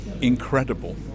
incredible